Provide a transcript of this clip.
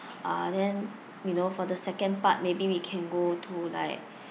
uh then you know for the second part maybe we can go to like